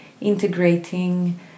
integrating